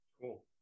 Cool